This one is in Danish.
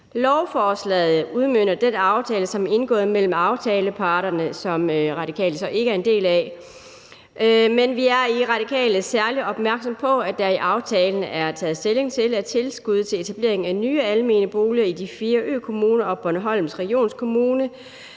Lovforslaget udmønter den aftale, som er indgået mellem aftaleparterne, som Radikale så ikke er en del af, men vi er i Radikale særlig opmærksomme på, at der i aftalen er taget stilling til, at tilskud til etablering af nye almene boliger i de fire økommuner og Bornholms Regionskommune